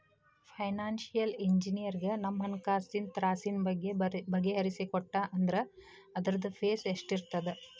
Financial ಇಂಜಿನಿಯರಗ ನಮ್ಹಣ್ಕಾಸಿನ್ ತ್ರಾಸಿನ್ ಬಗ್ಗೆ ಬಗಿಹರಿಸಿಕೊಟ್ಟಾ ಅಂದ್ರ ಅದ್ರ್ದ್ ಫೇಸ್ ಎಷ್ಟಿರ್ತದ?